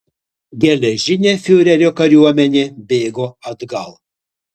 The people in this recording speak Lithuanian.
geležinė fiurerio kariuomenė bėgo atgal